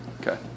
Okay